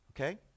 okay